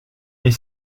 des